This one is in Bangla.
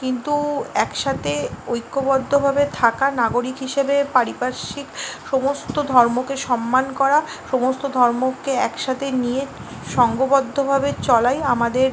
কিন্তু একসাথেঐক্যবদ্ধভাবে থাকা নাগরিক হিসেবে পারিপার্শ্বিক সমস্ত ধর্মকে সম্মান করা সমস্ত ধর্মকে একসাথে নিয়ে সঙ্ঘবদ্ধভাবে চলাই আমাদের